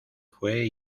fue